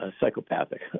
psychopathic